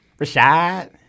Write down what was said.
Rashad